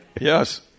Yes